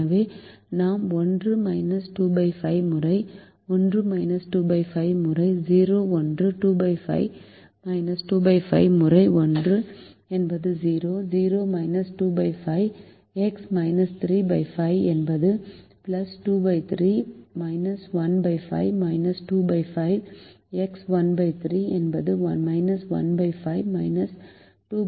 எனவே நாம் 1 25 முறை 1 25 முறை 0 1 25 25 முறை 1 என்பது 0 0 25 x 53 என்பது 23 15 2 5 x 13 என்பது 15 215